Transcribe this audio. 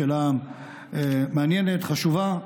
שאלה מעניינת, חשובה.